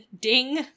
Ding